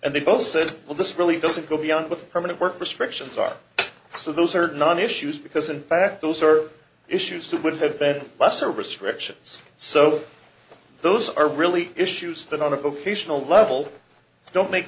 and they both said well this really doesn't go beyond with permanent work restrictions are so those are non issues because in fact those are issues that would have bed lesser restrictions so those are really issues that on a vocational level don't make